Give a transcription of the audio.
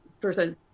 person